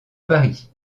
paris